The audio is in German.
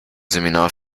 seminar